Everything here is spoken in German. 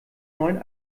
neuen